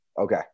okay